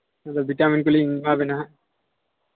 vitamin ᱠᱚᱞᱤᱧ ᱮᱢᱟᱵᱮᱱᱟ ᱦᱟᱸᱜ